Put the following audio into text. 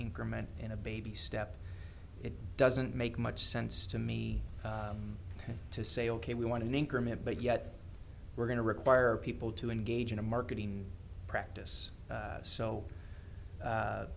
increment in a baby step it doesn't make much sense to me to say ok we want an increment but yet we're going to require people to engage in a marketing practice